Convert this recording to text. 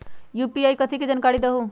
UPI कथी है? जानकारी दहु